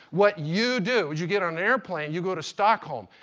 what you do is you get on an airplane, you go to stockholm,